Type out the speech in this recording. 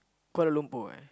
Kuala-Lumpur eh